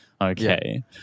Okay